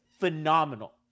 phenomenal